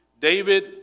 David